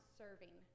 serving